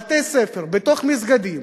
בתי-ספר, בתוך מסגדים,